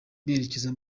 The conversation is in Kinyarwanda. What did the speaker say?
berekeza